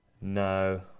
no